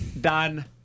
done